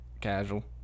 casual